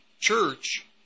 church